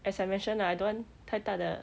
as I mentioned ah I don't want 太大的